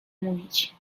mówić